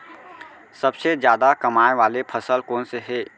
सबसे जादा कमाए वाले फसल कोन से हे?